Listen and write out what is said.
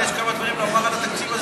אבל יש כמה דברים לומר על התקציב הזה.